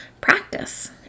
practice